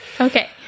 Okay